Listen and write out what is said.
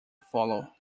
follow